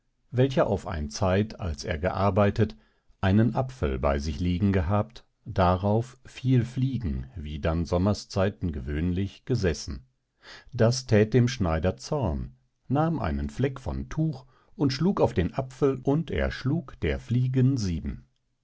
welcher auf ein zeit als er gearbeitet einen apfel bei sich liegen gehabt darauf viel fliegen wie dann sommerszeiten gewöhnlich gesessen das thät dem schneider zorn nahm einen fleck von tuch und schlug auf den apfel und erschlug der fliegen sieben